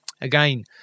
Again